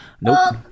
Nope